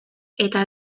eta